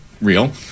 real